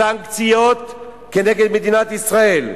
סנקציות כנגד מדינת ישראל.